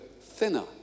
thinner